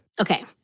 Okay